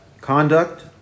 conduct